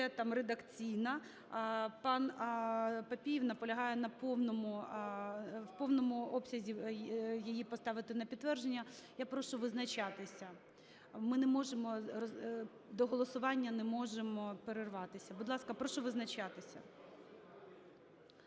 редакційно. Пан Папієв наполягає на повному… в повному обсязі її поставити на підтвердження. Я прошу визначатися. Ми не можемо, до голосування не можемо перерватися. Будь ласка, прошу визначатися.